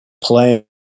playing –